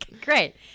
Great